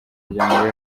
miryango